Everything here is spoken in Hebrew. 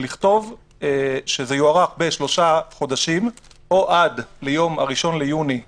ולכתוב שזה יוארך בשלושה חודשים או עד ליום ה-1 ביוני 2021,